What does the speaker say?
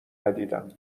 ندیدم